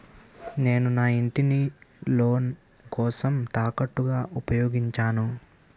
నేను నా ఇంటిని లోన్ కోసం తాకట్టుగా ఉపయోగించాను